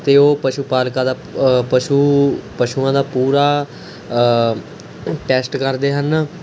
ਅਤੇ ਉਹ ਪਸ਼ੂ ਪਾਲਕਾਂ ਦਾ ਪਸ਼ੂ ਪਸ਼ੂਆਂ ਦਾ ਪੂਰਾ ਟੈਸਟ ਕਰਦੇ ਹਨ